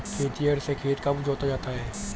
खेतिहर से खेत कब जोता जाता है?